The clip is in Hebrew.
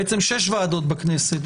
בעצם שש ועדות בכנסת.